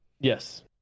Yes